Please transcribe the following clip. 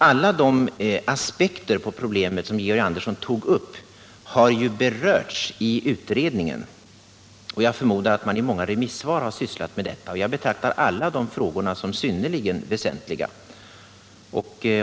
Alla de aspekter på problemet som Georg Andersson tog upp har ju berörts i utredningen, och jag förmodar att man i många remissvar har sysslat med detta. Jag betraktar alla dessa frågor som synnerligen väsentliga.